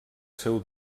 seu